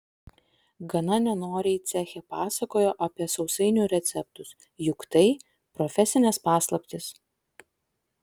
gana nenoriai ceche pasakojo apie sausainių receptus juk tai profesinės paslaptys